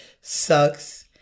sucks